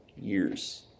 years